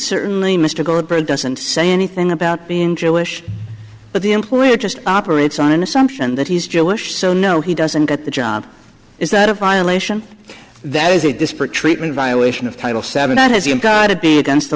certainly mr goldberg doesn't say anything about being jewish but the employer just operates on an assumption that he's jewish so no he doesn't get the job is that a violation that is a disparate treatment violation of title seven that has you got to be against the